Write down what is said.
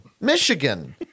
Michigan